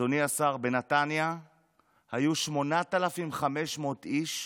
בנתניה היו 8,500 איש,